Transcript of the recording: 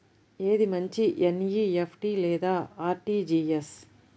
ఏది మంచి ఎన్.ఈ.ఎఫ్.టీ లేదా అర్.టీ.జీ.ఎస్?